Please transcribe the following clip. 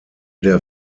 der